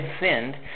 sinned